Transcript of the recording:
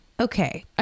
okay